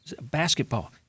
basketball